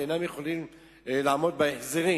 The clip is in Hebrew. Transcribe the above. והם אינם יכולים לעמוד בהחזרים.